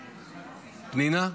פנינה.